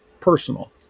Personal